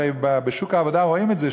הרי בשוק העבודה רואים את זה,